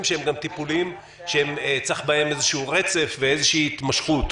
שהם טיפולים שצריך בהם איזה רצף ואיזו התמשכות.